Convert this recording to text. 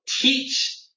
teach